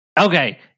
Okay